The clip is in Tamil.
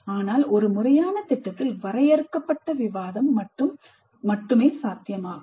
ஆனால் ஒரு முறையான திட்டத்தில் வரையறுக்கப்பட்ட விவாதம் மட்டுமே சாத்தியமாகும்